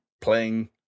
playing